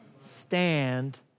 Stand